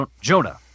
Jonah